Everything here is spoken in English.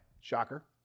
shocker